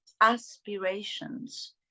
aspirations